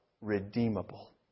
redeemable